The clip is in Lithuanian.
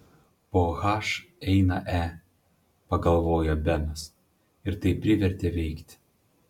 po h eina e pagalvojo benas ir tai privertė veikti